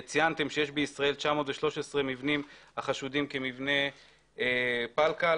ציינתם שיש בישראל 913 מבנים החשודים כמבני פלקל.